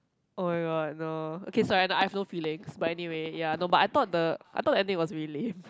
oh-my-god no okay sorry I have no feelings but anyway ya no but I thought the I thought the ending was really lame